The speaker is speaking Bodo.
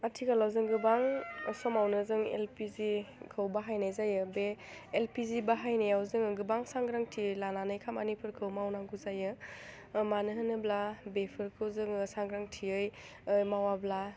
आथिखालाव जों गोबां समावनो जों एलपिजिखौ बाहायनाय जायो बे एलपिजि बाहायनायाव जोङो गोबां साग्रांथि लानानै खामानिफोरखौ मावनांगौ जायो मानो होनोब्ला बेफोरखौ जोङो सांग्रांथियै मावाब्ला